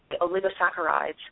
oligosaccharides